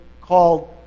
called